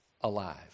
Alive